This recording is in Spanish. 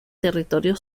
territorio